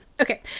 Okay